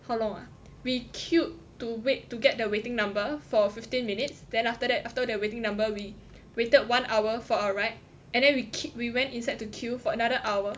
how long ah we queued to wait to get the waiting number for fifteen minutes then after that after that waiting number we waited one hour for a ride and then we keep we went inside to queue for another hour